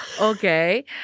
Okay